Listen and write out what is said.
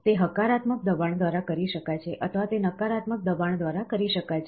તે હકારાત્મક દબાણ દ્વારા કરી શકાય છે અથવા તે નકારાત્મક દબાણ દ્વારા કરી શકાય છે